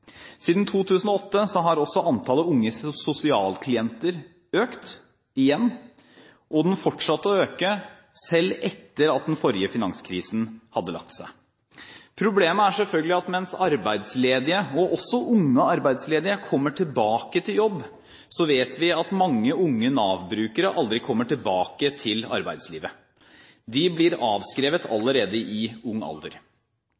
Siden 2008 har også antallet unge sosialklienter økt – igjen – og det fortsatte å øke, selv etter at den forrige finanskrisen hadde lagt seg. Problemet er selvfølgelig at mens arbeidsledige – også unge arbeidsledige – kommer tilbake i jobb, så vet vi at mange unge Nav-brukere aldri kommer tilbake i arbeidslivet. De blir avskrevet allerede i ung alder.